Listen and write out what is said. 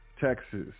Texas